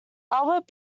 albert